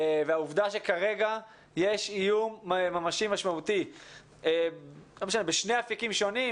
והעובדה שכרגע יש איום ממשי משמעותי בשני אפיקים שונים,